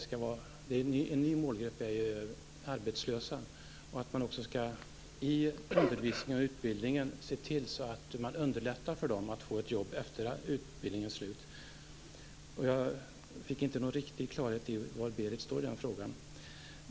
Vi tycker att man i undervisningen och utbildningen skall se till så att man underlättar för dem att få ett jobb efter utbildningens slut. Jag fick inte någon riktig klarhet i var Berit Oscarsson står i den frågan.